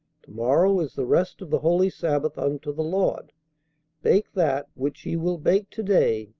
to-morrow is the rest of the holy sabbath unto the lord bake that, which ye will bake to-day,